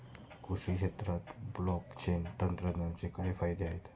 कृषी क्षेत्रात ब्लॉकचेन तंत्रज्ञानाचे काय फायदे आहेत?